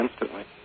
instantly